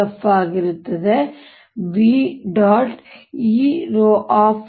F ಆಗಿರುತ್ತದೆ ಇದು v